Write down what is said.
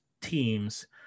teams